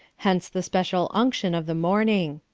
hence the special unction of the morning.